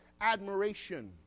admiration